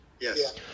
Yes